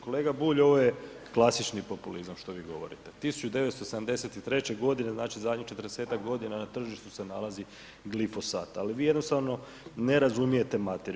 Kolega Bulj ovo je klasični populizam što vi govorite, 1973. godine, znači zadnjih 40-ak godina na tržištu se nalazi glifosat, ali vi jednostavno ne razumijete materiju.